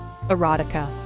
Erotica